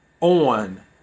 on